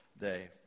Day